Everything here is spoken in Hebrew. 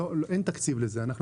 אין לזה תקציב.